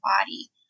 body